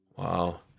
Wow